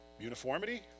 Uniformity